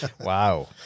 Wow